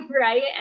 right